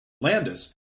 Landis